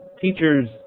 teachers